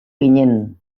ginen